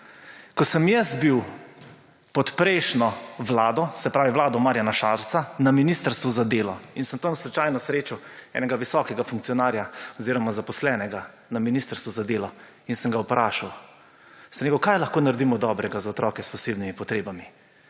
Ko sem jaz bil pod prejšnjo Vlado, se pravi vlado Marjana Šarca, na Ministrstvu za delo in sem tam slučajno srečal enega visokega funkcionarja oziroma zaposlenega, na Ministrstvu za delo in sem ga vprašal, sem rekel, »Kaj lahko naredimo dobrega za otroke s posebnimi potrebami?«,